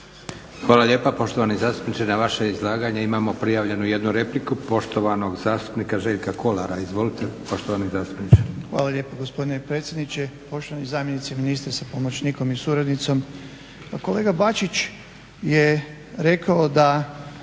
Hvala lijepa poštovani zastupniče. Na vaše izlaganje imamo prijavljenu 1 repliku poštovanog zastupnika Željka Kolara. Izvolite poštovani zastupniče. **Kolar, Željko (SDP)** Hvala lijepo gospodine predsjedniče, poštovani zamjenici ministra sa pomoćnikom i suradnicom. Kolega Bačić je rekao da